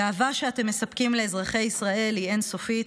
הגאווה שאתם מספקים לאזרחי ישראל היא אין-סופית.